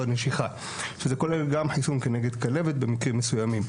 הנשיכה שזה כולל גם חיסון נגד כלבת במקרים מסוימים.